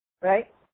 Right